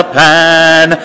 pan